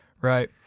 right